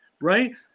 Right